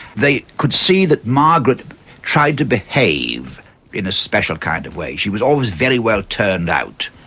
they could see that margaret tried to behave in a special kind of way. she was always very well turned out.